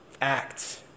act